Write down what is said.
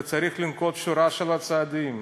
וצריך לנקוט שורה של צעדים.